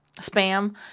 spam